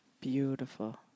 Beautiful